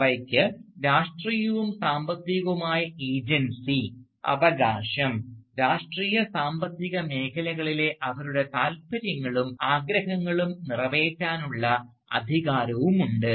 അവയ്ക്ക് രാഷ്ട്രീയവും സാമ്പത്തികവുമായ ഏജൻസി അവകാശം രാഷ്ട്രീയ സാമ്പത്തിക മേഖലകളിലെ അവരുടെ താൽപ്പര്യങ്ങളും ആഗ്രഹങ്ങളും നിറവേറ്റാനുള്ള അധികാരവുമുണ്ട്